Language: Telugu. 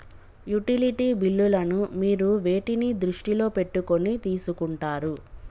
యుటిలిటీ బిల్లులను మీరు వేటిని దృష్టిలో పెట్టుకొని తీసుకుంటారు?